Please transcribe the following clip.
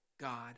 God